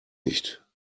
nicht